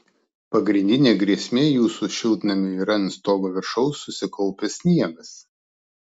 pagrindinė grėsmė jūsų šiltnamiui yra ant stogo viršaus susikaupęs sniegas